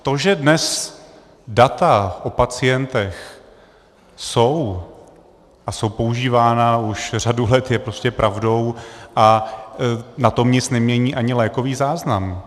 To, že dnes data o pacientech jsou a jsou používána už řadu let, je prostě pravdou a na tom nic nemění ani lékový záznam.